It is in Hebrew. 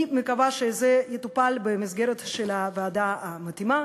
אני מקווה שזה יטופל במסגרת של הוועדה המתאימה.